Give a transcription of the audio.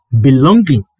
belonging